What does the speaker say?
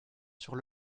sur